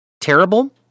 terrible